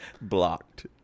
Blocked